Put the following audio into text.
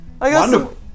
Wonderful